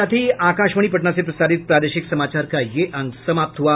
इसके साथ ही आकाशवाणी पटना से प्रसारित प्रादेशिक समाचार का ये अंक समाप्त हुआ